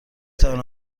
توانم